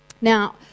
Now